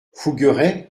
fougueray